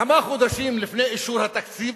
כמה חודשים לפני אישור התקציב,